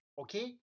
Okay